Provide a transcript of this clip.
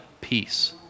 peace